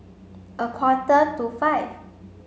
a quarter to five